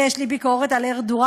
יש לי ביקורת על ארדואן,